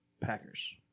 Packers